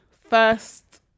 first